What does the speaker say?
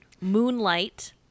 Moonlight